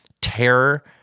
terror